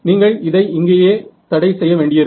நீங்கள் இதை இங்கேயே தடை செய்ய வேண்டியிருக்கும்